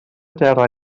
terra